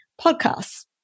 podcasts